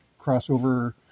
crossover